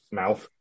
mouth